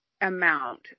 amount